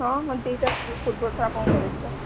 ହଁ ହଁ ଦୁଇଟା ପୂର୍ବରୁ ସାର୍ ଆପଣଙ୍କୁ ମିଳିଯିବ